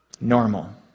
Normal